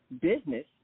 business